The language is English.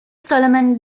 solomon